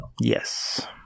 yes